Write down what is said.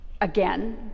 again